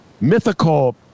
mythical